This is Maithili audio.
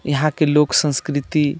यहाँके लोक संस्कृति